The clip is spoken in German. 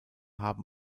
haben